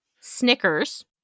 Snickers